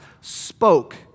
spoke